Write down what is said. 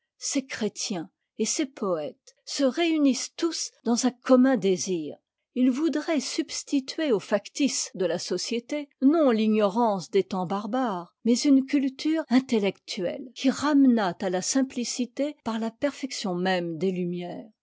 ces chrétiens et ces poëtes se réunissent tous dans un commun désir ils voudraient substituer au factice de la société non l'ignorance des temps barbares mais une culture intellectuelle qui ramenât à la simplicité par la perfection même des lumières